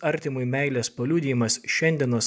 artimui meilės paliudijimas šiandienos